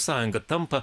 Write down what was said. sąjunga tampa